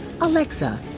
Alexa